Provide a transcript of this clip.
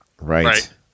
Right